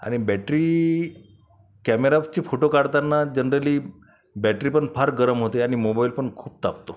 आणि बॅटरी कॅमेऱ्याची फोटो काढताना जनरली बॅटरी पण फार गरम होते आणि मोबाईल पण खूप तापतो